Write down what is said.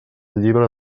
llibre